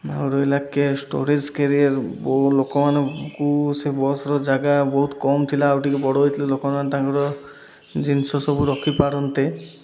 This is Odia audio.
ଆଉ ରହିଲା କେ ଷ୍ଟୋରେଜ୍ କେରିୟର ବୋ ଲୋକମାନଙ୍କୁ ସେ ବସ୍ର ଜାଗା ବହୁତ କମ୍ ଥିଲା ଆଉ ଟିକେ ବଡ଼ ହେଇଥିଲେ ଲୋକମାନେ ତାଙ୍କର ଜିନିଷ ସବୁ ରଖିପାରନ୍ତେ